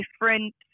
different